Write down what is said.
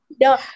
No